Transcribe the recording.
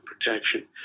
protection